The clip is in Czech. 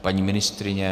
Paní ministryně?